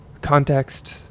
context